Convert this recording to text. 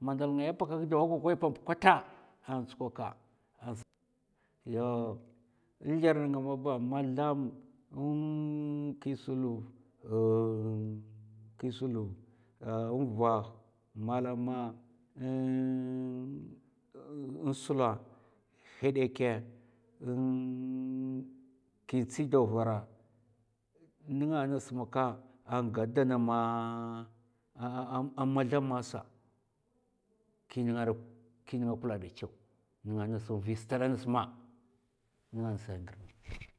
ma'ndal pakak dawa kwakwai po'mbuk kata an tsukwaka ans yaw nzlèr nga maba ma zlam, ki sluv ki sluv, nvuh, malama nsula, hèdèkè, ki tsi dawa vara, nènga ngas maka an ga danama ma zlam masa. Ki nga dok, ki nga kulla ghida chaw nènga ngas nvi stad ngas ma. nènga ngasa ngir nènga.